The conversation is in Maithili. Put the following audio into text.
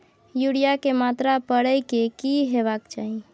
यूरिया के मात्रा परै के की होबाक चाही?